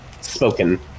spoken